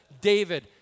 David